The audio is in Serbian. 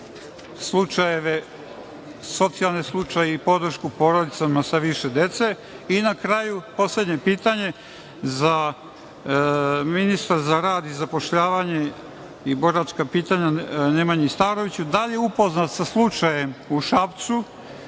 socijalne slučajeve i podršku porodicama sa više dece. Na kraju, poslednje pitanje za ministra za rad, zapošljavanje i boračka pitanja, Nemanji Staroviću. Da li je upoznat sa slučajem u Šapcu,